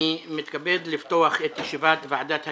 אני מתכבד לפתוח את ישיבת ועדת הכספים.